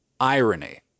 irony